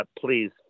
please